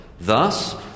Thus